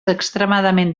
extremadament